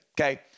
okay